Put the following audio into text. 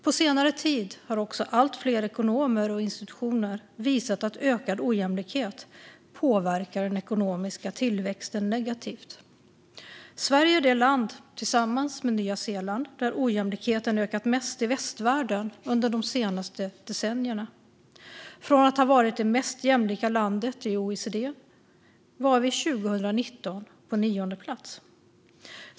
På senare tid har också allt fler ekonomer och institutioner visat att ökad ojämlikhet påverkar den ekonomiska tillväxten negativt. Sverige är det land, tillsammans med Nya Zeeland, där ojämlikheten ökat mest i västvärlden under de senaste decennierna. Från att ha varit det mest jämlika landet i OECD var vi 2019 på nionde plats.